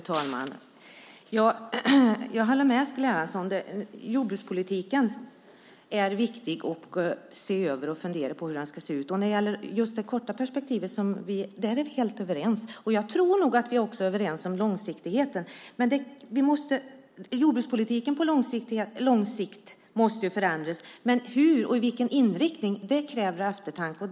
Fru talman! Jag håller med Eskil Erlandsson. Det är viktigt att se över jordbrukspolitiken och fundera på hur den ska ut. Om det korta perspektivet är vi helt överens. Jag tror att vi också är överens om långsiktigheten. Men jordbrukspolitiken måste långsiktigt förändras. Hur och i vilken inriktning kräver eftertanke.